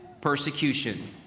persecution